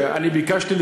שאני ביקשתי,